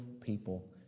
people